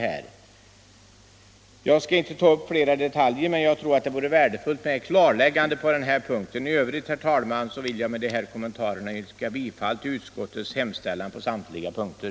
— svenskundervisning Jag skall inte ta upp fler detaljer, men jag tror det vore värdefullt — för invandrare med ett klarläggande på den här punkten. I övrigt, herr talman, vill jag med dessa kommentarer yrka bifall till utskottets hemställan på samtliga punkter.